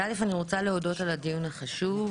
אז א' אני רוצה להודות על הדיון החשוב,